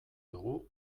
dugu